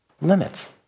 limits